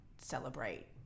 celebrate